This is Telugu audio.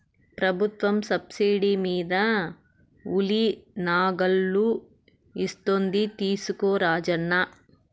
ప్రభుత్వం సబ్సిడీ మీద ఉలి నాగళ్ళు ఇస్తోంది తీసుకో రాజన్న